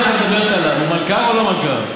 מלכ"ר או לא מלכ"ר?